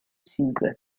züge